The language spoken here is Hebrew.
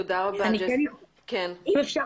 אני רוצה לומר מה אני חווה